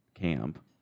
camp